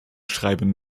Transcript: schreiben